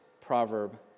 proverb